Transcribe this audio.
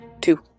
Two